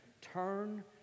Turn